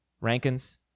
Rankins